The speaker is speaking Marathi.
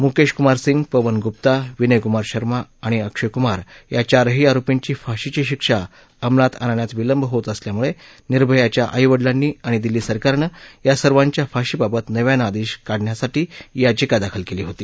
मुकेश कुमार सिंग पवन गुप्ता विनयकुमार शर्मा आणि अक्षय कुमार या चारही आरोपींची फाशीची शिक्षा अमलात आणण्यात विलंब होत असल्यामुळे निर्भयाच्या आई वडिलांनी आणि दिल्ली सरकारनं या सर्वांच्या फाशीबाबत नव्यानं आदेश काढण्यासाठी याचिका दाखल केली होती